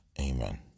Amen